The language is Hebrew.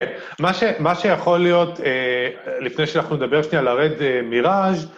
מה שיכול להיות, לפני שאנחנו נדבר שנייה, לרד מיראז',